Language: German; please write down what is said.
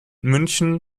münchen